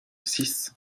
six